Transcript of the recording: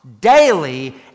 daily